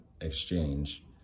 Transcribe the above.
exchange